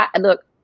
look